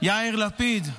יאיר לפיד,